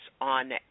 on